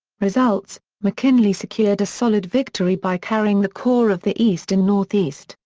results mckinley secured a solid victory by carrying the core of the east and northeast,